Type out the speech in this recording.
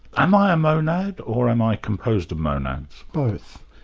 am i monad or am i composed of monads? both.